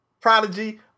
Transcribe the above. Prodigy